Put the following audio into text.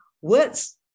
words